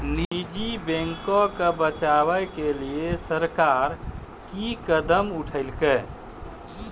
निजी बैंको के बचाबै के लेली सरकार कि कदम उठैलकै?